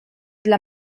dla